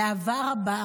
באהבה רבה,